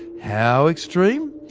how extreme?